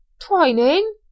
twining